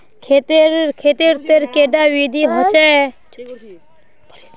खेत तेर कैडा विधि होचे?